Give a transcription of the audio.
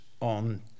on